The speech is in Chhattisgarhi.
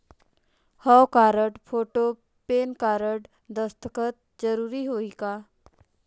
हव कारड, फोटो, पेन कारड, दस्खत जरूरी होही का?